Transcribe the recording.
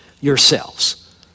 yourselves